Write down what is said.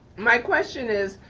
my question is